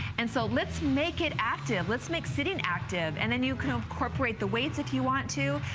and so let's make it active, let's make sitting active and then you can incorporate the weights if you want to.